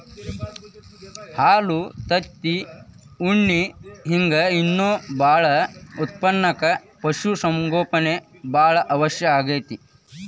ಹಾಲು ತತ್ತಿ ಉಣ್ಣಿ ಹಿಂಗ್ ಇನ್ನೂ ಬಾಳ ಉತ್ಪನಕ್ಕ ಪಶು ಸಂಗೋಪನೆ ಬಾಳ ಅವಶ್ಯ ಆಗೇತಿ